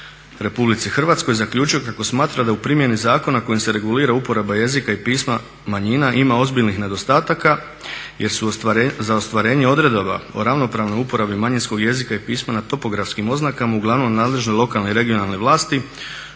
Republici Hrvatskoj zaključio kako smatra da u primjeni zakona kojim se regulira uporaba jezika i pisma manjina ima ozbiljnih nedostataka jer su za ostvarenje odredaba o ravnopravnoj uporabi manjinskog jezika i pisma na topografskim oznakama uglavnom nadležne lokalne i regionalne vlasti